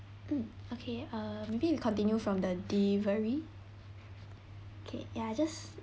mm okay err maybe we continue from the delivery okay ya just